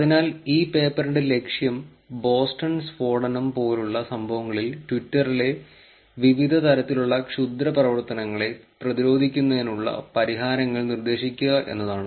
അതിനാൽ ഈ പേപ്പറിന്റെ ലക്ഷ്യം ബോസ്റ്റൺ സ്ഫോടനം പോലുള്ള സംഭവങ്ങളിൽ ട്വിറ്ററിലെ വിവിധ തരത്തിലുള്ള ക്ഷുദ്ര പ്രവർത്തനങ്ങളെ പ്രതിരോധിക്കുന്നതിനുള്ള പരിഹാരങ്ങൾ നിർദ്ദേശിക്കുക എന്നതാണ്